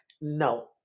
no